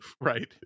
right